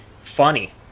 funny